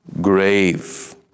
Grave